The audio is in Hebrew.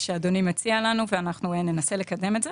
שאדוני נציע לנו וננסה לקדם את זה.